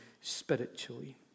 spiritually